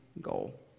goal